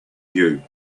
you